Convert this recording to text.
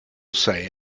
say